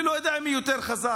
אני לא יודע מי יותר חזק,